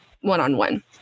one-on-one